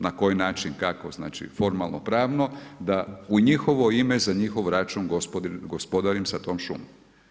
Na koji način, kako znači formalno-pravno da u njihovo ime za njihov račun gospodarim sa tom šumom.